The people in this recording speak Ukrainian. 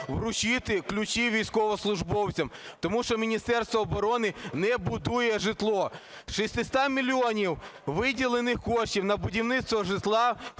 вручити ключі військовослужбовцям, тому що Міністерство оборони не будує житло. Зі 600 мільйонів виділених коштів на будівництво житла